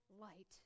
light